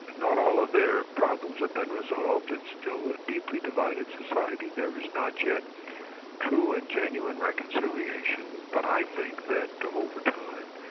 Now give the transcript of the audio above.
not all of their problems have been resolved. it's still a deeply divided society, there is not yet true and genuine reconciliation, but i think that over time,